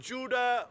Judah